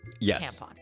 Yes